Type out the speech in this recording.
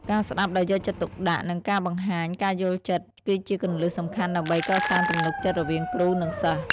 ការស្ដាប់ដោយយកចិត្តទុកដាក់និងការបង្ហាញការយល់ចិត្តគឺជាគន្លឹះសំខាន់ដើម្បីកសាងទំនុកចិត្តរវាងគ្រូនិងសិស្ស។